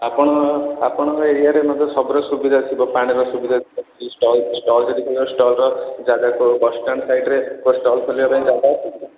ଆପଣ ଆପଣଙ୍କର ଏରିଆରେ ମଧ୍ୟ ସବୁର ସୁବିଧା ଥିବ ପାଣିର ସୁବିଧା ଅଛି ଷ୍ଟଲ ଷ୍ଟଲ ଯଦି ଖୋଲିବ ଷ୍ଟଲର ଜାଗା କେଉଁ ବସ୍ ଷ୍ଟାଣ୍ଡ ସାଇଡ଼ରେ କେଉଁ ଷ୍ଟଲ ଖୋଲିବା ପାଇଁ ଜାଗା ଅଛି କି